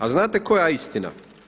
A znate koja je istina?